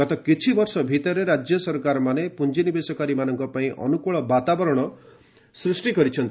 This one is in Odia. ଗତ କିଛି ବର୍ଷ ଭିତରେ ରାଜ୍ୟ ସରକାରମାନେ ପୁଞ୍ଜିନିବେଶକାରୀମାନଙ୍କ ପାଇଁ ଅନୁକୂଳ ବାତାବରଣ ସୃଷ୍ଟି କରିଛନ୍ତି